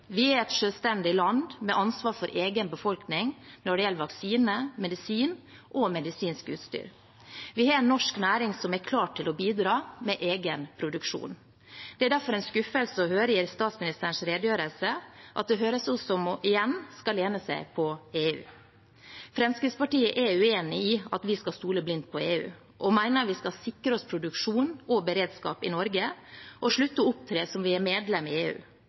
Vi er et selvstendig land med ansvar for egen befolkning når det gjelder vaksiner, medisin og medisinsk utstyr. Vi har en norsk næring som er klar til å bidra med egen produksjon. Det er derfor en skuffelse at det i statsministerens redegjørelse igjen høres ut som om hun skal lene seg på EU. Fremskrittspartiet er uenig i at vi skal stole blindt på EU, og mener vi skal sikre oss produksjon og beredskap i Norge og slutte å opptre som om vi er medlem i EU.